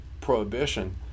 Prohibition